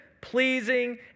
pleasing